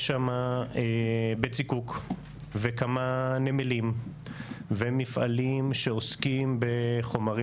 יש שם בית זיקוק וכמה נמלים ומפעלים שעוסקים בחומרים